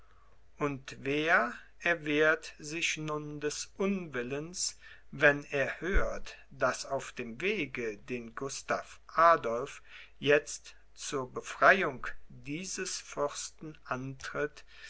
und wer erwehrt sich nun des unwillens wenn er hört daß auf dem wege den gustav adolph jetzt zur befreiung dieses fürsten antritt